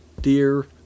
dear